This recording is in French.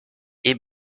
est